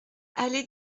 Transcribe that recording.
allée